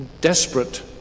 desperate